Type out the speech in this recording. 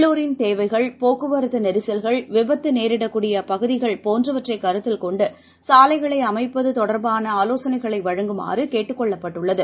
உள்ளுரின் தேவைகள் போக்குவரத்துநெரிசல்கள் விபத்துநேரிடக் கூடிய பகுதிகள் போன்றவற்றைக் கருத்தில் கொண்டுசாலைகளை அமைப்பத்தொடர்பான ஆலோசனைகளைவழங்குமாறகேட்டுக்கொள்ளப்பட்டுள்ளது